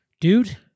Dude